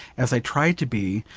as i tried to be,